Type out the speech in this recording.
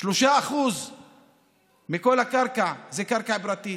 3% מכל הקרקע זה קרקע פרטית,